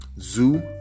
Zoo